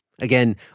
Again